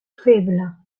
feble